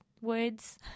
words